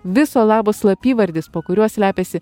viso labo slapyvardis po kuriuo slepiasi